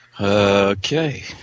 Okay